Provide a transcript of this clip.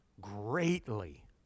greatly